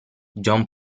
john